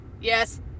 yes